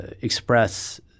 express